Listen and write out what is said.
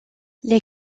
les